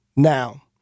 Now